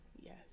Yes